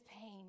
pain